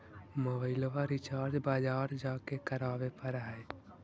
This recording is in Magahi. मोबाइलवा रिचार्ज बजार जा के करावे पर है?